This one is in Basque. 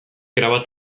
erabat